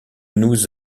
nous